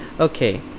Okay